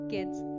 Kids